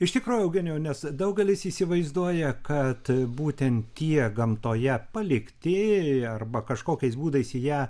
iš tikrųjų eugenijau nes daugelis įsivaizduoja kad būtent tie gamtoje palikti arba kažkokiais būdais į ją